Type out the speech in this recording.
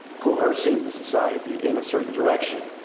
coercing the society in a certain direction.